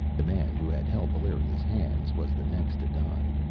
the man who had held valeria's hands was the next to die.